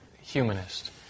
humanist